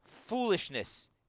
foolishness